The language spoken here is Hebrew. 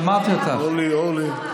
אורלי,